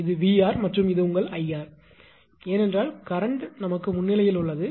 இது 𝑉𝑅 மற்றும் இது உங்கள் 𝐼𝑟 ஏனென்றால் மின்னோட்டம் கரண்ட் முன்னணியில் உள்ளது